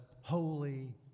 Holy